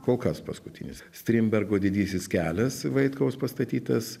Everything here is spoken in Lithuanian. kol kas paskutinis strindbergo didysis kelias vaitkaus pastatytas